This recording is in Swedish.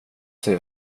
sig